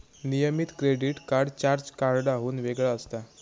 नियमित credit card charge कार्डाहुन वेगळा असता